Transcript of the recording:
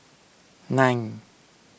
nine